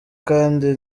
kandi